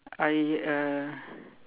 I uh